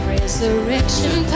resurrection